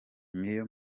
niyo